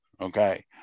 okay